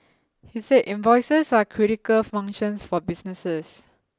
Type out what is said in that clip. he said invoices are critical functions for businesses